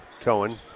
Cohen